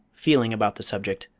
feeling about the subject,